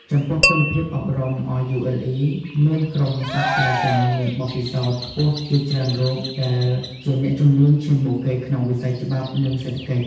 ចំពោះគុណភាពអប់រំ RULE មានក្រុមសាស្ត្រាចារ្យមានបទពិសោធន៍ខ្ពស់ជាច្រើនរូបដែលជាអ្នកជំនាញឈានមុខគេក្នុងវិស័យច្បាប់ និងសេដ្ឋកិច្ច។